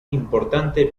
importante